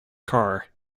car